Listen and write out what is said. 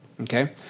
Okay